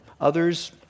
others